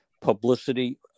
publicity